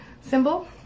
symbol